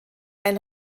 ein